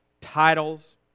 titles